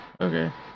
okay